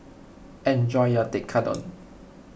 enjoy your Tekkadon